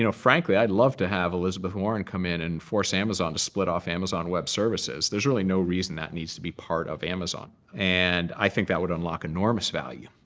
you know frankly, i'd love to have elizabeth warren come in and force amazon to split off amazon web services. there's really no reason that needs to be part of amazon. and i think that would unlock enormous value.